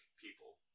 people